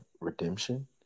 redemption